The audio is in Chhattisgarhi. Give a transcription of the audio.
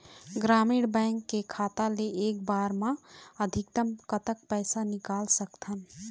ग्रामीण बैंक के खाता ले एक बार मा अधिकतम कतक पैसा निकाल सकथन?